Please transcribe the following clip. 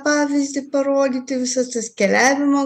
pavyzdį parodyti visas tas keliavimo